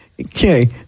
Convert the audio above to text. Okay